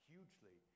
Hugely